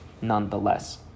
nonetheless